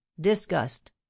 disgust